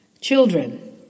Children